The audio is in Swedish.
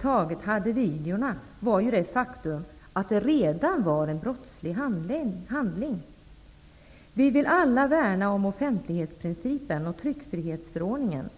taget hade filmerna var att en brottslig handling redan begåtts. Vi vill alla värna om offentlighetsprincipen och tryckfrihetsförordningen.